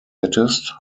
hättest